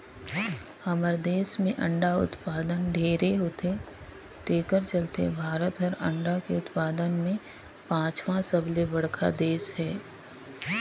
हमर देस में अंडा उत्पादन ढेरे होथे तेखर चलते भारत हर अंडा के उत्पादन में पांचवा सबले बड़खा देस हे